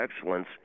excellence